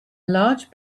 large